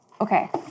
okay